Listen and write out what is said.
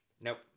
Nope